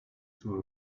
zur